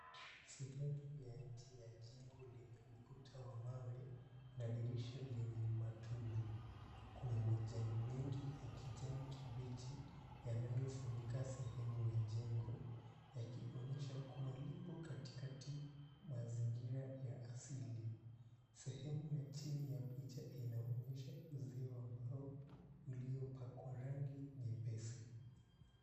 Sehemu ya nje ya jiko lenye ukuta wa mawe na dirisha lenye matundu kuna majani mengi ya kijani kibichi yanayofunika sehemu ya jengo yakionyesha kua lipo katikakati mazingira ya asili. Sehemu ya chini ya picha inaonyesha uzio wa mbao uliopakwa rangi nyepesi.